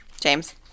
James